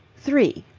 three